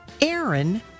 Aaron